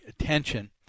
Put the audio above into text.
attention